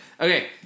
Okay